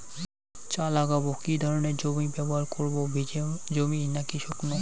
চা লাগাবো কি ধরনের জমি ব্যবহার করব ভিজে জমি নাকি শুকনো?